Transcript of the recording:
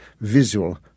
visual